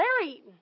Larry